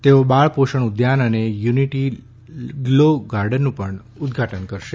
તેઓ બાળ પોષણ ઉદ્યાન અને યુનિટી ગ્લો ગાર્ડનનું પણ ઉદઘાટન કરશે